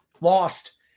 Lost